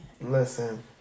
Listen